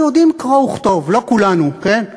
אנחנו יודעים קרוא וכתוב, לא כולנו, כן?